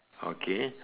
okay